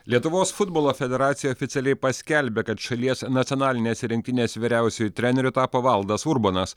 lietuvos futbolo federacija oficialiai paskelbė kad šalies nacionalinės rinktinės vyriausiuoju treneriu tapo valdas urbonas